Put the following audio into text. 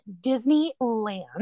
Disneyland